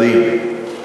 מדהים.